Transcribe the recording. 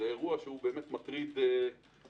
זה אירוע שבאמת מטריד את העולם,